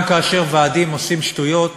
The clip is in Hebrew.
1. גם כאשר ועדים עושים שטויות,